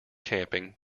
camping